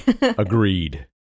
Agreed